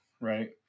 right